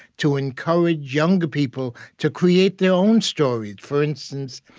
to encourage younger people to create their own story for instance,